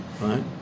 right